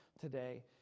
today